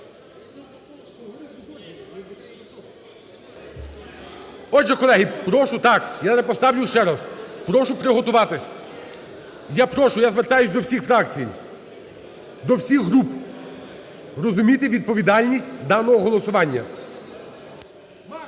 Отже, колеги, прошу, так, я зараз поставлю ще раз, прошу приготуватись. Я прошу, я звертаюся до всіх фракцій, до всіх груп розуміти відповідальність даного голосування.